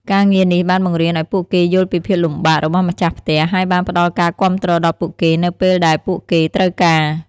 ការងារនេះបានបង្រៀនឱ្យពួកគេយល់ពីភាពលំបាករបស់ម្ចាស់ផ្ទះ ហើយបានផ្តល់ការគាំទ្រដល់ពួកគេនៅពេលដែលពួកគេត្រូវការ។